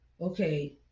okay